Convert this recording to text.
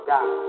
God